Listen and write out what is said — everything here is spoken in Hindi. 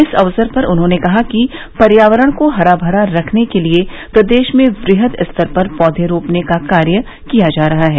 इस अवसर पर उन्होंने कहा कि पर्यावरण को हरा भरा रखने के लिए प्रदेश में वृहद स्तर पर पौधे रोपने का कार्य किया जा रहा है